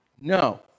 No